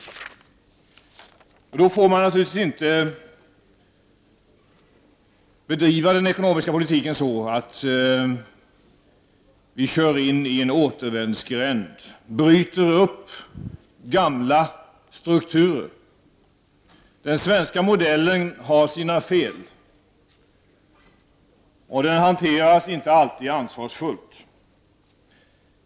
I detta läge får man naturligtvis inte bedriva den ekonomiska politiken på ett sådant sätt att man kör in i en återvändsgränd och bryter upp gamla strukturer. Den svenska modellen har sina fel, och den hanteras inte alltid ansvarsfullt.